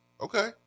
Okay